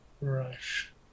Rush